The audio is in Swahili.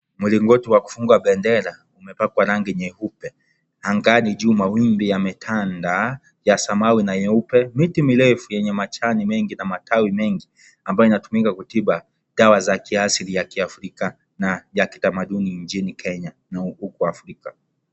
Mlingiti wa kufunga bendera imepakwa rangi nyeupe. Angani juu mawimbu yametanda, ya samawi na nyeupe. Miti mirefu yenye majani mengi na matawi mengi, ambayo inatumika kwa tiba dawa za kiasilia ya kiafrika na ya kitamaduni nchini Kenya na huku Africa.